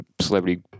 celebrity